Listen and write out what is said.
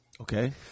Okay